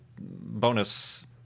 bonus